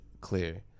clear